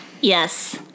Yes